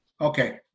Okay